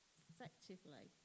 effectively